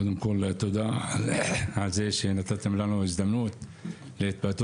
קודם כול, תודה על זה שנתתם לנו הזדמנות להתבטא.